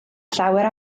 llawer